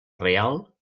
reial